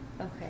Okay